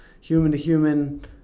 human-to-human